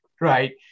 right